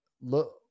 look